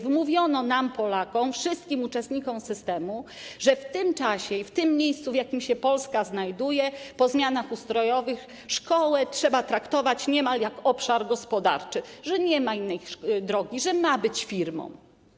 Wmówiono nam, Polakom, wszystkim uczestnikom systemu, że w tym czasie i w tym miejscu, w jakim się Polska znajduje po zmianach ustrojowych, szkołę trzeba traktować niemal jak obszar gospodarczy, że nie ma innej drogi, że ma być firmą.